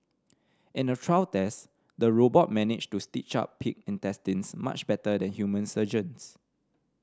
in a trial test the robot managed to stitch up pig intestines much better than human surgeons